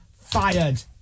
fired